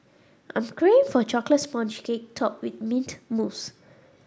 I'm craving for chocolate sponge cake topped with mint mousse